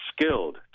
skilled